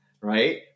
right